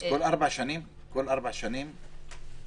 אז כל ארבע שנים זה מסתיים,